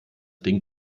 ding